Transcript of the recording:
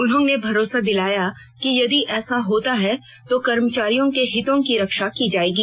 उन्होंने भरोसा दिलाया कि यदि ऐसा होता है तो कर्मचारियों के हितों की रक्षा की जायेगी